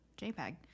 jpeg